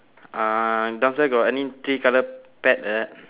uh downstairs got any three colour pad like that